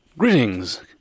Greetings